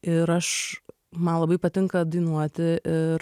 ir aš man labai patinka dainuoti ir